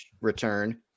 return